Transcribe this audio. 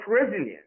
resilience